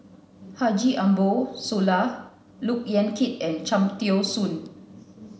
Haji Ambo Sooloh Look Yan Kit and Cham Tao Soon